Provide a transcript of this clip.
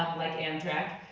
um like amtrak,